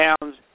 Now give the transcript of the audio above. pounds